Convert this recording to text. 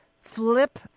flip